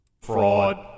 Fraud